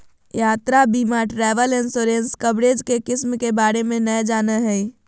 यात्रा बीमा travel insurance coverage के किस्म के बारे में नय जानय हइ